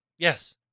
Yes